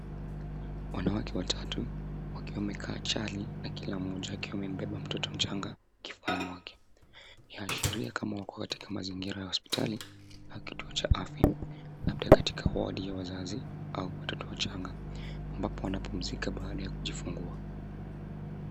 Wanawake watatu wakiwa wamekaa chali na kila mmoja akiwa amembeba mtoto mchanga kifuani mwake. Yaashiria kuma wako mazingira ya hospitali au kituo cha afya labda katika wodi ya wazazi au watoto wachanga ambapo wanapumzika baada ya kujifungua.